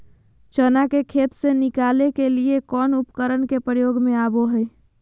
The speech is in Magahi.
चना के खेत से निकाले के लिए कौन उपकरण के प्रयोग में आबो है?